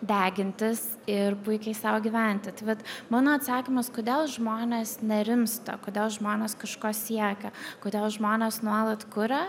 degintis ir puikiai sau gyventi mano atsakymas kodėl žmonės nerimsta kodėl žmonės kažko siekia kodėl žmonės nuolat kuria